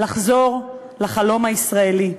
לחזור לחלום הישראלי?